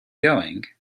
going